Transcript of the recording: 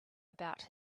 about